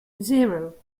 zero